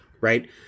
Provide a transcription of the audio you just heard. right